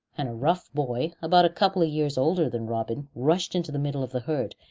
and a rough boy about a couple of years older than robin rushed into the middle of the herd,